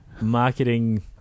marketing